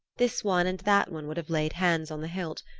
this one and that one would have laid hands on the hilt,